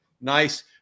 nice